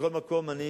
מכל מקום, אני